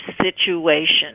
situation